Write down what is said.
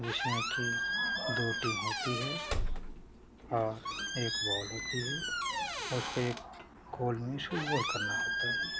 जिसमें कि दो टीम होती है और एक बाल होती है और उसके गोल में इसे गोल करना होता है